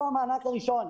איפה המענק הראשון,